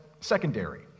secondary